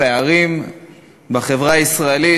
הפערים בחברה הישראלית,